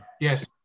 Yes